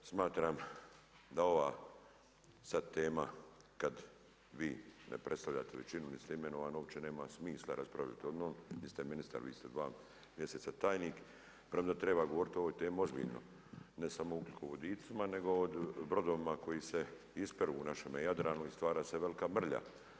Smatram da ova sada tema kada vi ne predstavljate većinu niti ste imenovani uopće nema smisla raspraviti …, niste ministar vi ste dva mjeseca tajnik premda treba govoriti o ovoj temi ozbiljno, ne samo o ugljikovodicima nego o brodovima koji se ispiru u našem Jadranu i stvara se velika mrlja.